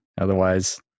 otherwise